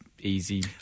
easy